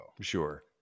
Sure